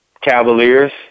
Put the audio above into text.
Cavaliers